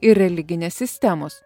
ir religinės sistemos